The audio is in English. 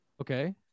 Okay